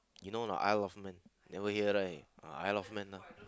you know not aisle of men never hear right uh aisle of men lah